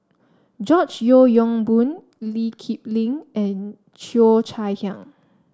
George Yeo Yong Boon Lee Kip Lin and Cheo Chai Hiang